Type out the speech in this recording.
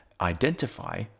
identify